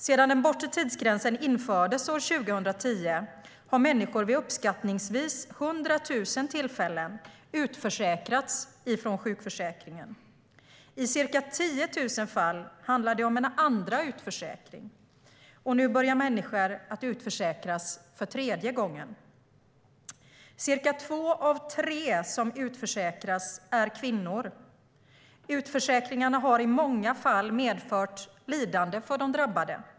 Sedan den bortre tidsgränsen infördes år 2010 har människor vid uppskattningsvis 100 000 tillfällen utförsäkrats från sjukförsäkringen. I ca 10 000 fall handlar det om en andra utförsäkring, och nu börjar människor utförsäkras för tredje gången. Ungefär två av tre som utförsäkras är kvinnor. Utförsäkringarna har i många fall medfört lidande för de drabbade.